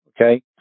Okay